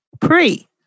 Pre